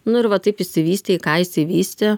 nu ir va taip išsivystė į ką išsivystė